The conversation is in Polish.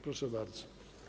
Proszę bardzo.